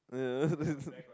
oh yeah that's